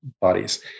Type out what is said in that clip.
bodies